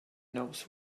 knows